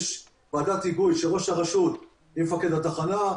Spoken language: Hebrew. יש ועדת היגוי שראש הרשות יהיה מפקד התחנה,